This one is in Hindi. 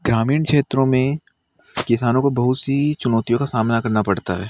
ग्रामीण क्षेत्रों में किसानों को बहुत सी चुनौतियों का सामना करना पड़ता है